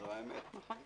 זו האמת.